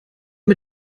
mit